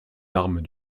armes